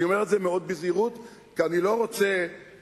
אני אומר את זה מאוד בזהירות כי אני לא רוצה לפרש